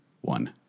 one